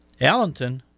Allenton